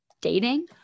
dating